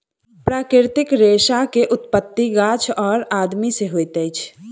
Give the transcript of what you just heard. प्राकृतिक रेशा के उत्पत्ति गाछ और आदमी से होइत अछि